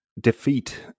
defeat